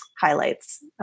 highlights